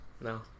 No